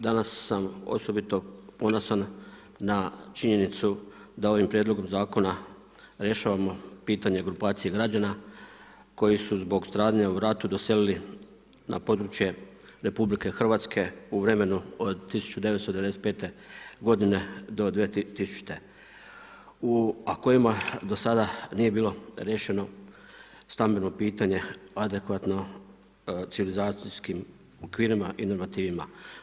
Danas sam osobito ponosan na činjenicu da ovim Prijedlogom zakona rješavamo pitanje grupacije građana koji su zbog stradanja u ratu doselili na područje Republike Hrvatske u vremenu od 1995. godine do 2000., a kojima do sada nije bilo riješeno stambeno pitanje adekvatno civilizacijskim okvirima i normativima.